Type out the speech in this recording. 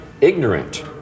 Ignorant